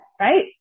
Right